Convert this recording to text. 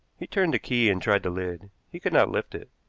he turned the key and tried the lid. he could not lift it.